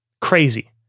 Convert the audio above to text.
Crazy